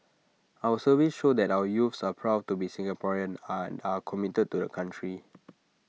our surveys show that our youths are proud to be Singaporean and are committed to the country